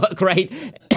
right